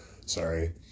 Sorry